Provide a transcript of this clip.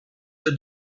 the